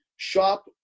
shop